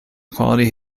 quality